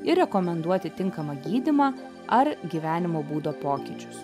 ir rekomenduoti tinkamą gydymą ar gyvenimo būdo pokyčius